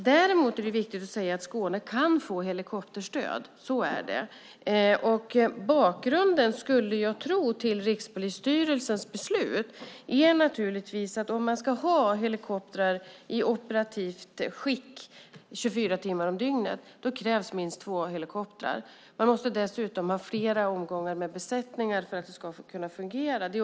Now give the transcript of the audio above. Däremot är det viktigt att säga att Skåne kan få helikopterstöd. Bakgrunden till Rikspolisstyrelsens beslut är, skulle jag tro, att det om man under dygnets 24 timmar ska ha helikoptrar i operativt skick krävs minst två helikoptrar. Dessutom måste det finnas flera omgångar besättning för att det ska kunna fungera.